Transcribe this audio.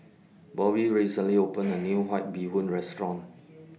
Bobbi recently opened A New White Bee Hoon Restaurant